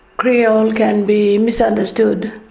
creole can be misunderstood.